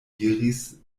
diris